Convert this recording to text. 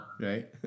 right